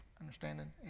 understanding